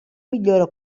millora